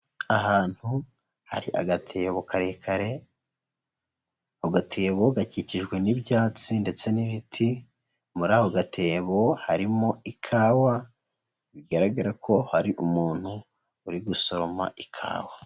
Ahantu hari agatebo karekare, agatebo gakikijwe n'ibyatsi ndetse n'ibiti muri ako gatebo harimo ikawa, bigaragara ko hari umuntu uri gusoroma ikawa.